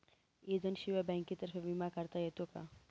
एजंटशिवाय बँकेतर्फे विमा काढता येतो का?